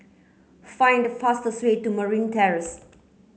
find the fastest way to Merryn Terrace